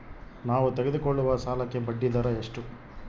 ನಾವು ತೆಗೆದುಕೊಳ್ಳುವ ಸಾಲಕ್ಕೆ ಬಡ್ಡಿದರ ಎಷ್ಟು?